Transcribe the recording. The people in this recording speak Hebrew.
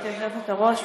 גברתי היושבת-ראש,